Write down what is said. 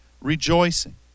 rejoicing